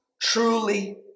truly